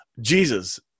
Jesus